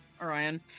Orion